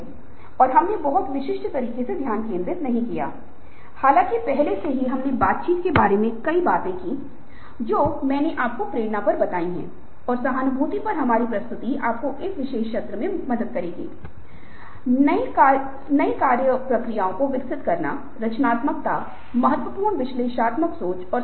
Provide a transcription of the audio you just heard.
तो यह है कि आप अपने लिए एक लक्ष्य कैसे निर्धारित कर सकते हैं इसे प्राप्त करने का प्रयास कर सकते हैं व्यवसाय के बारे में जान सकते हैं व्यापार की चाल जान सकते हैं फिर व्यापार में प्रवेश करने का प्रयास कर सकते हैं फिर इस सफलता को प्राप्त करने के लिए कड़ी मेहनत कर सकते हैं और अंत में आप को उस लक्ष्य तक पहुंचना है जिसे आप आंतरिक रूप से प्राप्त करना चाहते हैं